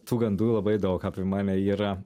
tų gandų labai daug apie mane yra